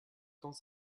temps